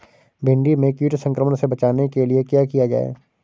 भिंडी में कीट संक्रमण से बचाने के लिए क्या किया जाए?